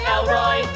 Elroy